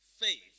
Faith